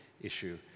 issue